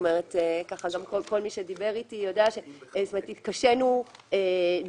כל מי שדיבר איתי יודע שהתקשינו במציאת